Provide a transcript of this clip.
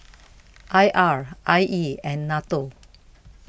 I R I E and Nato